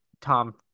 Tom